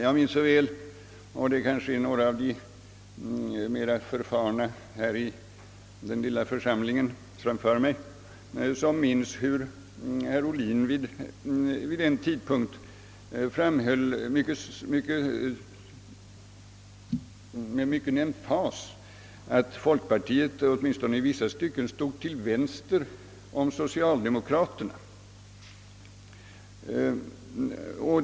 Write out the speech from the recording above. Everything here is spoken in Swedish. Jag minns så väl — och det gör kanske även några av de mera erfarna i den lilla församlingen framför mig — hur herr Oblin vid en tidpunkt med emfas framhöll att folkpartiet åtminstone i vissa stycken stod till vänster om socialdemokratien.